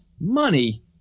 Money